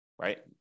right